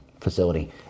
facility